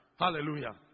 Hallelujah